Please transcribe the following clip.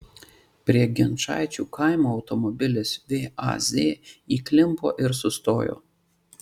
prie ginčaičių kaimo automobilis vaz įklimpo ir sustojo